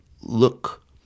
look